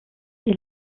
est